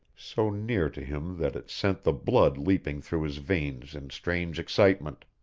so near to him that it sent the blood leaping through his veins in strange excitement.